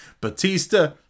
Batista